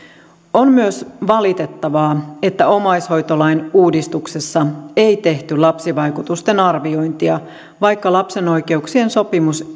on myös valitettavaa että omaishoitolain uudistuksessa ei tehty lapsivaikutusten arviointia vaikka lapsen oikeuksien sopimus